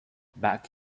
back